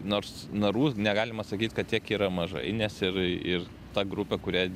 nors narų negalima sakyti kad tiek yra mažai nes ir ir ta grupė kurią